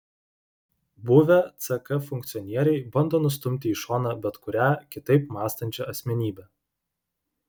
buvę ck funkcionieriai bando nustumti į šoną bet kurią kitaip mąstančią asmenybę